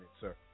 sir